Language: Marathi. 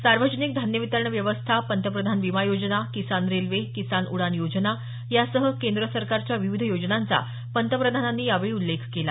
सार्वजनिक धान्यवितरण व्यवस्था पंतप्रधान विमा योजना किसान रेल्वे किसान उडान योजना यासह केंद्र सरकारच्या विविध योजनांचा पंतप्रधानांनी यावेळी उल्लेख केला